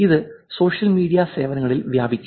അത് social media സേവനങ്ങളിൽ വ്യാപിക്കും